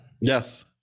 yes